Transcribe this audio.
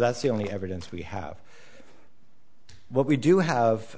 that's the only evidence we have what we do have